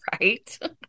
Right